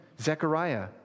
Zechariah